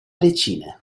decine